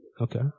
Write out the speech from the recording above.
Okay